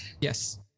Yes